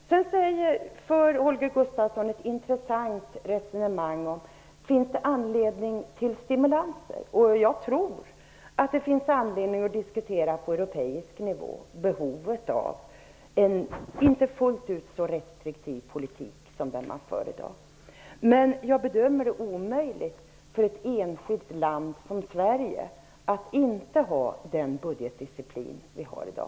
Sedan för Holger Gustafsson ett intressant resonemang om det finns anledning till stimulanser. Jag tror att det finns anledning att på europeisk nivå diskutera behovet av en inte fullt ut så restriktiv politik som den man för i dag. Men jag bedömer att det är omöjligt för ett enskilt land som Sverige att inte ha den budgetdisciplin vi har i dag.